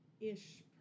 ish